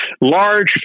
large